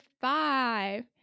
Five